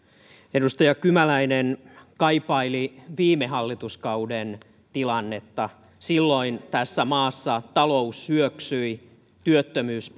edustaja kymäläinen kaipaili viime hallituskauden tilannetta silloin tässä maassa talous syöksyi työttömyys